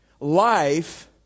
life